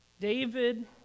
David